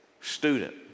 student